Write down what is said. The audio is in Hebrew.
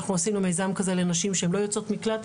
אנחנו עשינו מיזם כזה לנשים שהן לא יוצאות מקלט,